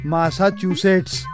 Massachusetts